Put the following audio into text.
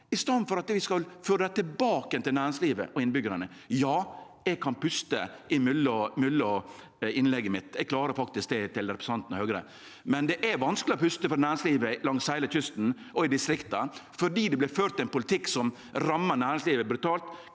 i staden for at vi skal føre dei tilbake til næringslivet og innbyggjarane. Ja, eg kan puste innimellom i innlegget mitt. Eg klarer faktisk det – til representanten frå Høgre – men det er vanskeleg å puste for næringslivet langs heile kysten og i distrikta fordi det blir ført ein politikk som rammar næringslivet brutalt.